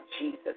Jesus